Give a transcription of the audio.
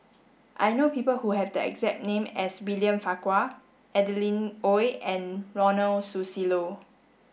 I know people who have the exact name as William Farquhar Adeline Ooi and Ronald Susilo